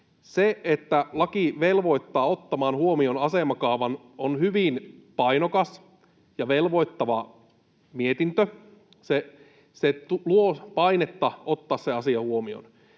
Se, että laki velvoittaa ottamaan huomioon asemakaavan, on hyvin painokas ja velvoittava mietintö. Se luo painetta ottaa se asia huomioon.